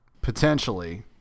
potentially